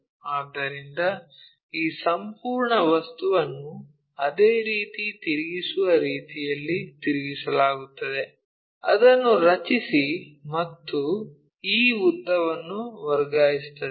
ಆದ್ದರಿಂದ ಈ ಸಂಪೂರ್ಣ ವಸ್ತುವನ್ನು ಅದೇ ರೀತಿ ತಿರುಗಿಸುವ ರೀತಿಯಲ್ಲಿ ತಿರುಗಿಸಲಾಗುತ್ತದೆ ಅದನ್ನು ರಚಿಸಿ ಮತ್ತು ಈ ಉದ್ದವನ್ನು ವರ್ಗಾಯಿಸುತ್ತದೆ